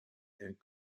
and